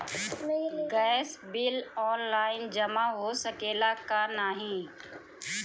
Gas bill online जमा हो सकेला का नाहीं?